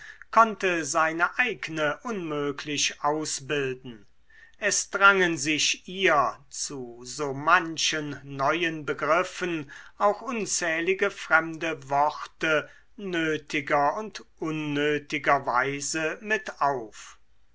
konnte seine eigne unmöglich ausbilden es drangen sich ihr zu so manchen neuen begriffen auch unzählige fremde worte nötiger und unnötiger weise mit auf